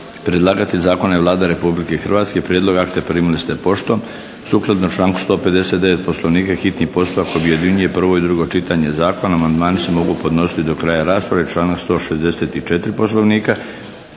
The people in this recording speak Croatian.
Predlagatelj zakona je Vlada Republike Hrvatske. Prijedlog akta primili ste poštom. Sukladno članku 159. Poslovnika hitni postupak objedinjuje prvo i drugo čitanje zakona. Amandmani se mogu podnositi do kraja rasprave, članak 164. Poslovnika.